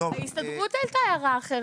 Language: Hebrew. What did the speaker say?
ההסתדרות העלתה הערה אחרת.